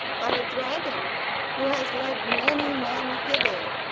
but a dragon who has led many men hither,